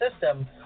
system